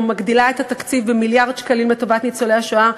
מגדילה את התקציב במיליארד שקלים לטובת ניצולי השואה,